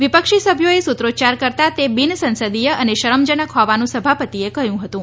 વિપક્ષી સભ્યોએ સુત્રોચ્યાર કરતા તે બિનસંસદીય અને શરમજનક હોવાનું સભાપતિએ કહ્યું હતું